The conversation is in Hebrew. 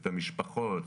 את המשפחות.